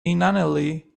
inanely